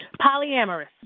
Polyamorous